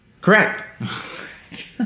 Correct